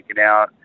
out